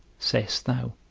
sayest thou.